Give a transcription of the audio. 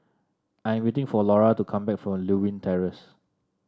I am waiting for Lora to come back from Lewin Terrace